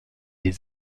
les